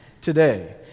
today